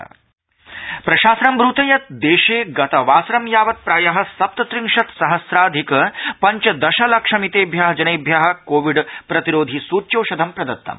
प्रशासनम सूच्यौषधम् प्रशासनं ब्रते यत् देशे गतवासरं यावत् प्रायः सप्त त्रिंशत् सहस्राधिक पञ्चदश लक्षमितेभ्य जनेभ्य कोविड् प्रतिरोधि सूच्यौषधं प्रदतम्